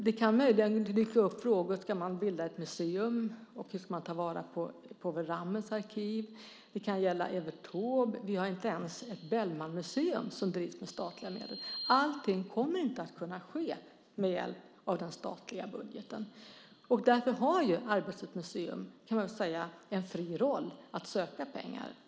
Det kan möjligen dyka upp frågor om man ska bilda ett museum och hur man ska ta vara på Povel Ramels arkiv. Det kan gälla Evert Taube. Vi har inte ens ett Bellmanmuseum som drivs med statliga medel. Allting kommer inte att kunna ske med hjälp av den statliga budgeten, och därför har Arbetets museum en fri roll att söka pengar.